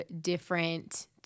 different